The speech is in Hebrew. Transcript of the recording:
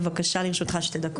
בבקשה, לרשותך שתי דקות.